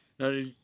Now